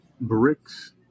Bricks